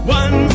one